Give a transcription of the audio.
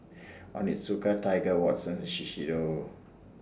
Onitsuka Tiger Watsons Shiseido